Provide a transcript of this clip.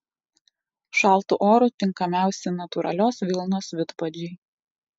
šaltu oru tinkamiausi natūralios vilnos vidpadžiai